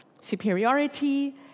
superiority